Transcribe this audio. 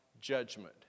judgment